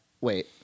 Wait